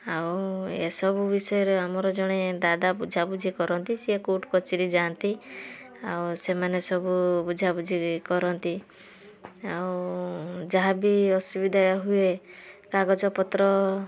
ଆଉ ଏସବୁ ବିଷୟରେ ଆମର ଜଣେ ଦାଦା ବୁଝା ବୁଝି କରନ୍ତି ସିଏ କୋର୍ଟ କଚେରୀ ଯାଆନ୍ତି ଆଉ ସେମାନେ ସବୁ ବୁଝା ବୁଝି କରନ୍ତି ଆଉ ଯାହା ବି ଅସୁବିଧା ହୁଏ କାଗଜପତ୍ର